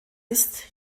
ist